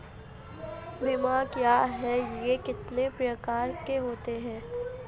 बीमा क्या है यह कितने प्रकार के होते हैं?